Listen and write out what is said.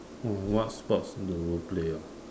uh what sports do you play ah